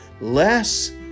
less